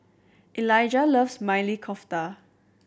Eliga loves Maili Kofta